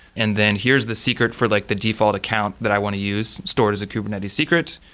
and then here's the secret for like the default account that i want to use stored as a kubernetes secret,